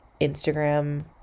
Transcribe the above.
Instagram